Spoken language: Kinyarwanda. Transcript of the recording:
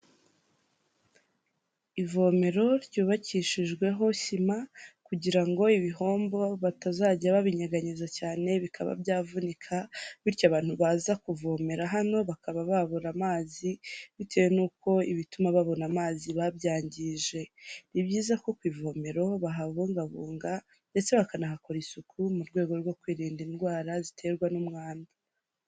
Ivomero ryubakishijwe ho sima kugira ngo ibihombo batazajya babinyeganyeza cyane bitaba byavunika bityo abantu baza kuvomera hano bakaba babura amazi babyangije, nibyiza ko ku ivomero bahabungabunga ndetse bakanahakora isuku mu rwego rwo kwirinda indwara ziterwa n'umwanda.